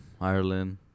Ireland